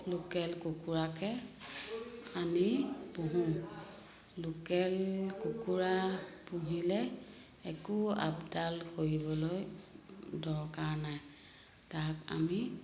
local কুকুৰাকে আনি পোহো লোকেল কুকুৰা পুহিলে একো আপডাল কৰিবলৈ দৰকাৰ নাই তাক আমি